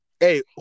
Hey